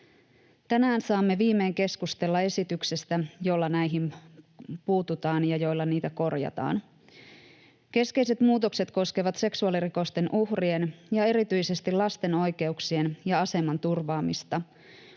Tänään saamme viimein keskustella esityksestä, jolla näihin puututaan ja jolla niitä korjataan. Keskeiset muutokset koskevat seksuaalirikosten uhrien ja erityisesti lasten oikeuksien ja aseman turvaamista,